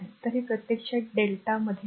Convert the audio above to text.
तर हे प्रत्यक्षात Δ मध्ये आहे